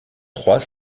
trois